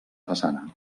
façana